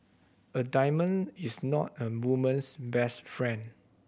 a diamond is not a woman's best friend